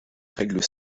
règles